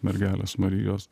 mergelės marijos